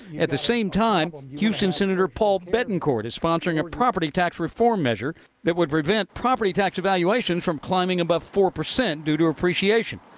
at the same time, um houston senator paul bettencourt is sponsoring a property tax reform measure that would prevent property tax valuation from climbing above four percent due to appreciation.